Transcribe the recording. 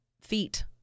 feet